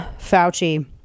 Fauci